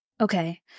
Okay